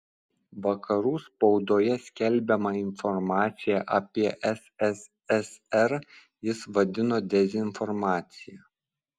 vakarų spaudoje skelbiamą informaciją apie sssr jis vadino dezinformacija